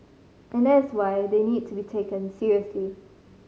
and that is why they need to be taken seriously